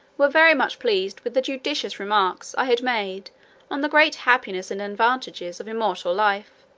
were very much pleased with the judicious remarks i had made on the great happiness and advantages of immortal life,